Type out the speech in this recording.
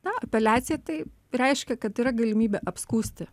na apeliacija tai reiškia kad yra galimybė apskųsti